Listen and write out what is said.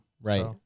right